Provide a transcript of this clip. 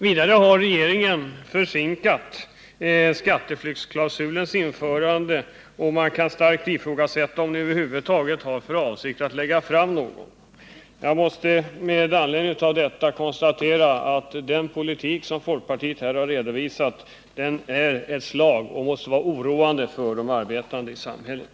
Vidare har regeringen försenat skatteflyktsklausulens införande, och man kan starkt ifrågasätta om ni över huvud taget har för avsikt att lägga fram något förslag. Jag konstaterar med anledning av detta att den politik som folkpartiet här har redovisat måste oroa de arbetande i samhället.